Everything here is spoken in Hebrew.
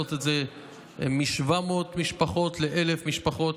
להעלות את זה מ-700 משפחות ל-1,000 משפחות.